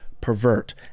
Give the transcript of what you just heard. pervert